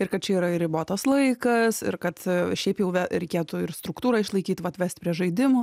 ir kad čia yra ribotas laikas ir kad šiaip jau reikėtų ir struktūrą išlaikyt vat vest prie žaidimų